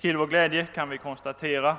Till vår glädje kan vi konstatera